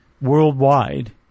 worldwide